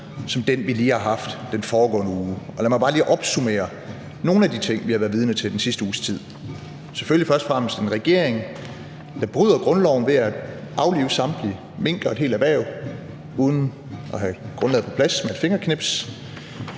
som den, vi lige har haft, altså den foregående uge. Lad mig bare lige opsummere nogle af de ting, vi har været vidne til den sidste uges tid. Først og fremmest er der selvfølgelig en regering, der bryder grundloven ved at aflive samtlige mink og et helt erhverv uden at have grundlaget på plads, med et fingerknips.